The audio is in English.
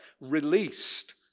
released